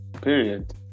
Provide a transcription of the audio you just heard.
Period